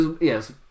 yes